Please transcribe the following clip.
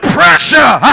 pressure